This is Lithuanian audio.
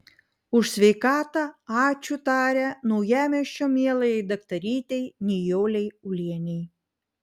už sveikatą ačiū taria naujamiesčio mielajai daktarytei nijolei ulienei